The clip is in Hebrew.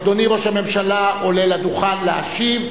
אדוני ראש הממשלה עולה לדון, להשיב.